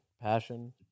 Passion